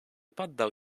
poddał